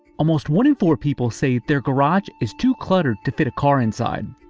almost one in four people say their garage is too cluttered to fit a car inside.